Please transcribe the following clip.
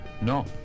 No